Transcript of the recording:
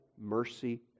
mercy